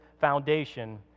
foundation